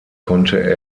konnte